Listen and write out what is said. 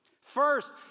First